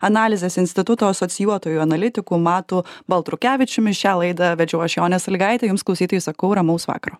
analizės instituto asocijuotoju analitiku matu baltrukevičiumi šią laidą vedžiau aš jonė salygaitė jums klausytojai sakau ramaus vakaro